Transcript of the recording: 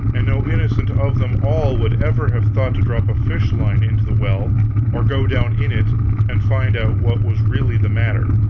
and no innocent of them all would ever have thought to drop a fish-line into the well or go down in it and find out what was really the matter.